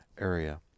area